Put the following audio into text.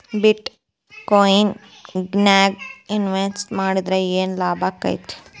ಬಿಟ್ ಕೊಇನ್ ನ್ಯಾಗ್ ಇನ್ವೆಸ್ಟ್ ಮಾಡಿದ್ರ ಯೆನ್ ಲಾಭಾಕ್ಕೆತಿ?